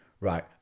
Right